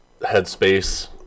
headspace